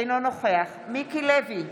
אינו נוכח מיקי לוי,